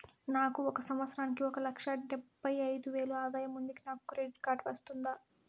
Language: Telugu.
నాకు ఒక సంవత్సరానికి ఒక లక్ష డెబ్బై అయిదు వేలు ఆదాయం ఉంది నాకు క్రెడిట్ కార్డు వస్తుందా?